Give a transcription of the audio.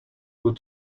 would